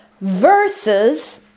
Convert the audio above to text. Versus